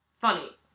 Funny